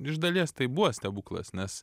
iš dalies tai buvo stebuklas nes